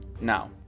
now